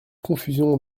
confusion